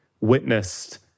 witnessed